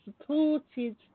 supported